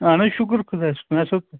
اَہَن حظ شُکُر خۄدایَس کُن اَصٕل پٲٹھۍ